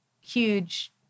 huge